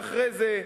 ואחרי זה,